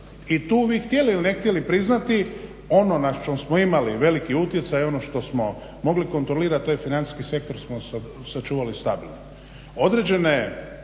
i tu vi htjeli ili ne htjeli priznati ono na čemu smo imali veliki utjecaj ono što smo mogli kontrolirati to je financijski sektor smo sačuvali stabilnim.